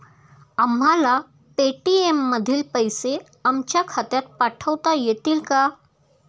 आम्हाला पेटीएम मधील पैसे आमच्या खात्यात पाठवता येतील का?